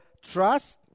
trust